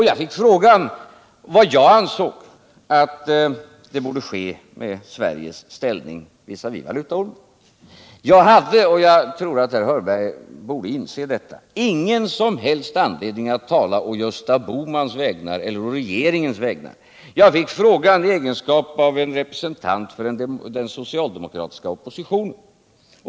Jag fick frågan vad jag ansåg borde ske med Sveriges ställning visavi valutaormen. Jag hade — och det tycker jag herr Hörberg borde inse —- ingen som helst anledning att tala å Gösta Bohmans vägnar eller å regeringens vägnar. Jag fick frågan i egenskap av representant för den socialdemokratiska oppositionen.